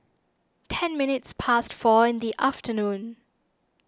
ten minutes past four in the afternoon